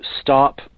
stop